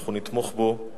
שאנחנו נתמוך בה.